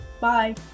bye